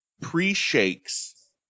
pre-Shakes